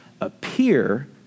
appear